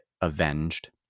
avenged